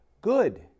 Good